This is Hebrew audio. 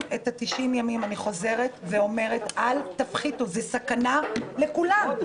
מחזיר ל-36 חודשים אבל הוא יוצר איזו מערכת גמילה